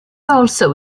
also